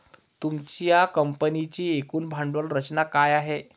तुमच्या कंपनीची एकूण भांडवल रचना काय आहे?